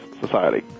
society